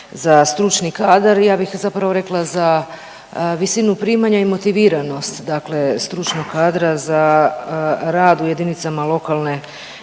za stručni kadar, ja bih zapravo rekla za visinu primanja i motiviranost dakle stručnog kadra za rad u JLRS. Naime,